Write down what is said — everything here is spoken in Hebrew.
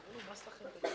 נמנעים, אין